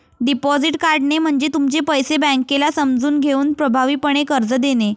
deposit काढणे म्हणजे तुमचे पैसे बँकेला समजून घेऊन प्रभावीपणे कर्ज देणे